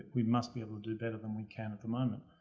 we must be able to do better than we can at the moment.